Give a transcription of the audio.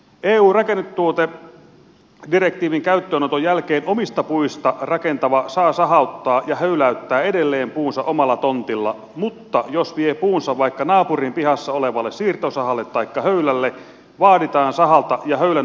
eu rakennustuotedirektiivin käyttöönoton jälkeen omista puista rakentava saa sahauttaa ja höyläyttää edelleen puunsa omalla tontilla mutta jos vie puunsa vaikka naapurin pihassa olevalle siirtosahalle taikka höylälle vaaditaan sahalta ja höylän omistajalta ce kelpoisuus